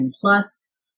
Plus